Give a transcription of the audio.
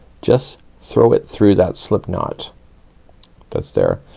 just throw it through that slip knot that's there,